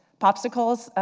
popsicles,